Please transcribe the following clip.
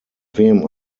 wem